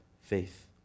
faith